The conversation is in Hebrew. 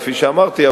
כפי שאמרתי,